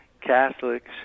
Catholics